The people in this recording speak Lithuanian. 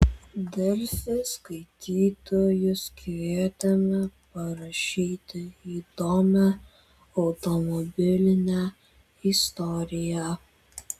delfi skaitytojus kvietėme parašyti įdomią automobilinę istoriją